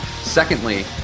secondly